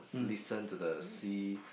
listen to the sea